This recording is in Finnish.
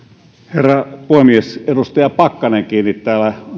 herra puhemies edustaja pakkanen kiinnitti täällä